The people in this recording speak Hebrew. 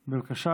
בבקשה,